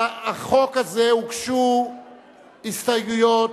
לחוק הזה הוגשו הסתייגויות